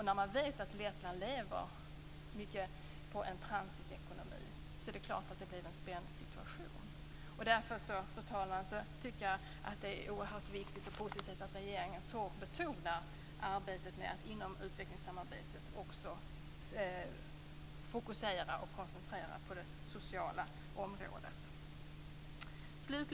När man vet att Lettland i mycket lever på en transitekonomi är det klart att det blir en spänd situation. Därför tycker jag, fru talman, att det är oerhört viktigt och positivt att regeringen så hårt betonar att man i arbetet med att utvecklingssamarbetet också fokuserar och koncentrerar sig på det sociala området.